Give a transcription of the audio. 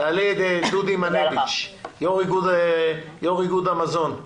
דודי מנביץ, יו"ר איגוד המזון,